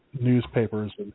newspapers